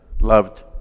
loved